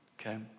okay